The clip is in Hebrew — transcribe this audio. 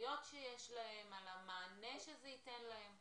האפשרויות שיש להם, על המענה שזה ייתן להם.